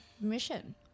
mission